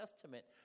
Testament